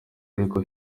ariko